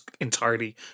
entirely